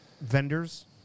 vendors